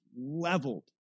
leveled